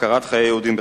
הפקרת חיי יהודים בחברון.